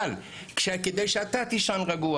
עוד שתי עיניים יסתכלו כדי שאתה תישן רגוע